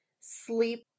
sleep